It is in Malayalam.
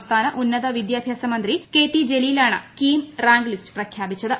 സംസ്ഥാന ഉന്നത വിദ്യാഭ്യാസ മന്ത്രി കെ ടി ജലീലാണ് കീം റാങ്ക് ലിസ്റ്റ് പ്രഖ്യാപിച്ചത്